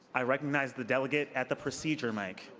i recognize the delegate at the procedural mic.